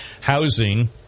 housing